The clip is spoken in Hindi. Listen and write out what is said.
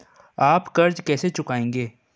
आप कर्ज कैसे चुकाएंगे?